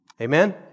Amen